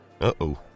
Uh-oh